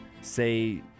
say